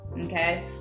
okay